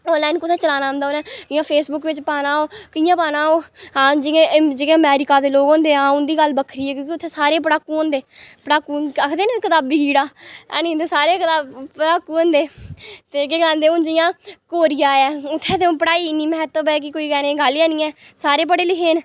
online कु'त्थें चलाना औंदा उ'नें ई जां फेसबुक बिच पाना ओह् कि'यां पाना ओह् आं जि'यां जि'यां अमेरिका दे लोग होंदे आं उं'दी गल्ल बक्खरी ऐ क्योंकि उ'त्थें सारे पढ़ाकु होंदे पढ़ाकु आखदे न कताबी कीड़ा हैन आं ते सारे पढ़ाकु होंदे ते केह् गलांदे हून जि'यां कोरिया ऐ उ'त्थें ते पढ़ाई इ'न्नी महत्तव ऐ कि कोई गल्ल निं ऐ सारे पढ़े लिखे न